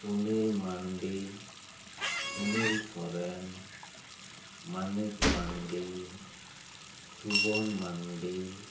Anil Mandi Sunil Soren Manik Mandi Subon Mandi